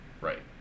Right